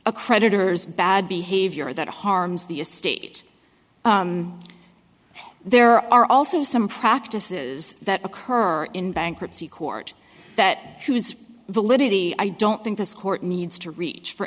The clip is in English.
a creditor is bad behavior that harms the estate there are also some practices that occur in bankruptcy court that whose validity i don't think this court needs to reach for